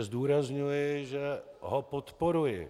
Zdůrazňuji, že ho podporuji.